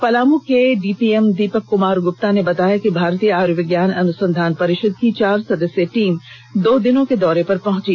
पलामू के डीपीएम दीपक कुमार गुप्ता ने बताया कि भारतीय आयुर्विज्ञान अनुसंधान परिषद की चार सदस्यीय टीम दो दिनों के दौरे पर पहुंची